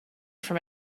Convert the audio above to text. from